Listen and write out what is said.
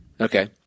Okay